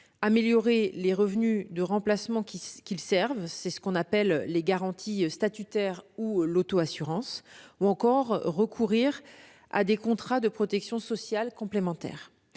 améliorer les revenus de remplacement qu'ils servent - c'est ce qu'on appelle les garanties statutaires ou l'auto-assurance - ou recourir à des contrats de protection sociale complémentaire.